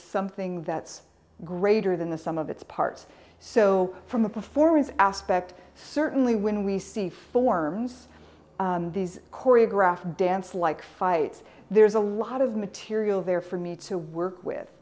something that's greater than the sum of its parts so from the performance aspect certainly when we see forms these choreographed dance like fights there's a lot of material there for me to work with